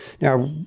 Now